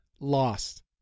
Lost